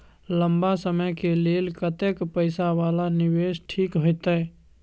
लंबा समय के लेल कतेक पैसा वाला निवेश ठीक होते?